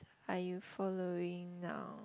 are you following now